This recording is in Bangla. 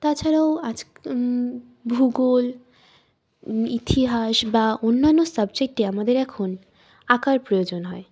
তাছাড়াও আজ ভূগোল ইতিহাস বা অন্যান্য সাবজেক্টে আমাদের এখন আঁকার প্রয়োজন হয়